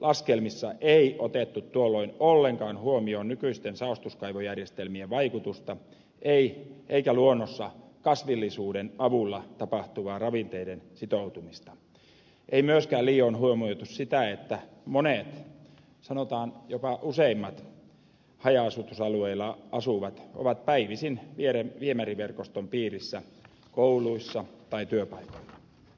laskelmissa ei otettu tuolloin ollenkaan huomioon nykyisten saostuskaivojärjestelmien vaikutusta eikä luonnossa kasvillisuuden avulla tapahtuvaa ravinteiden sitoutumista ei myöskään liioin huomioitu sitä että monet sanotaan jopa useimmat haja asutusalueilla asuvat ovat päivisin viemäriverkoston piirissä kouluissa tai työpaikoilla